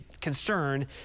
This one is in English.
concern